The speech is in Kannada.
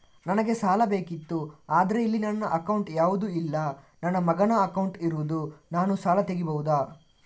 ನನಗೆ ಸಾಲ ಬೇಕಿತ್ತು ಆದ್ರೆ ಇಲ್ಲಿ ನನ್ನ ಅಕೌಂಟ್ ಯಾವುದು ಇಲ್ಲ, ನನ್ನ ಮಗನ ಅಕೌಂಟ್ ಇರುದು, ನಾನು ಸಾಲ ತೆಗಿಬಹುದಾ?